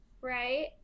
Right